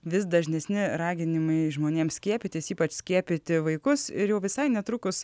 vis dažnesni raginimai žmonėms skiepytis ypač skiepyti vaikus ir jau visai netrukus